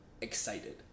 excited